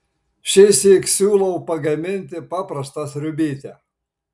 šįsyk siūlau pagaminti paprastą sriubytę